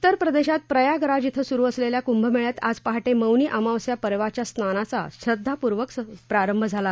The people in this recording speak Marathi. उत्तर प्रदेशात प्रयागराज क्रिं सुरु असलेल्या कुंभमेळ्यात आज पहाटे मौनी अमावस्या पर्वाच्या स्नानाचा श्रद्वापूर्वक प्रारंभ झाला